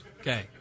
Okay